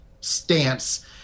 stance